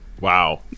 Wow